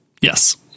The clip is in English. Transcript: Yes